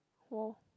!wow!